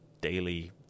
daily